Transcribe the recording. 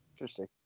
Interesting